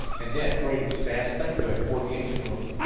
and then hurried as fast as i could toward the engine room.